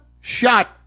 shot